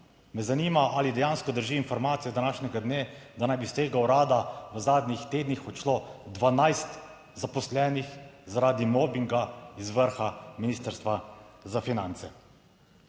Me zanima, ali dejansko drži informacija današnjega dne, da naj bi iz tega urada v zadnjih tednih odšlo 12 zaposlenih, zaradi mobinga iz vrha Ministrstva za finance?